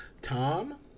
Tom